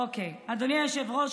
אדוני היושב-ראש,